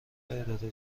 اداره